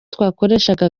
twakoreshaga